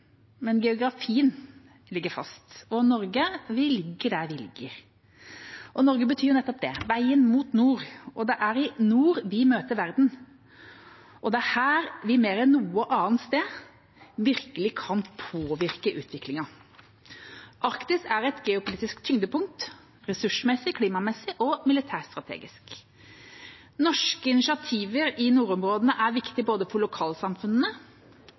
men geografien ligger fast, og Norge, vi ligger der vi ligger. Norge betyr jo nettopp det – veien mot nord – og det er i nord vi møter verden, og det er her vi mer enn noe annet sted virkelig kan påvirke utviklingen. Arktis er et geopolitisk tyngdepunkt ressursmessig, klimamessig og militærstrategisk. Norske initiativer i nordområdene er viktig både for lokalsamfunnene,